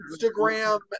Instagram